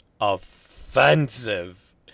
offensive